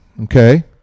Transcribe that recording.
okay